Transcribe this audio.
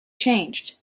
changed